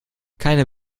keine